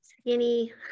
skinny